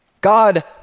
God